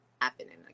Happening